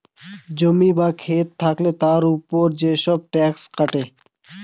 জমি বা খেত থাকলে তার উপর যেসব ট্যাক্স কাটে